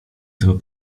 tylko